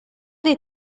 dei